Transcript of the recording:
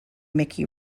mickey